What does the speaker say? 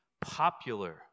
popular